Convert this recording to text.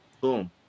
Boom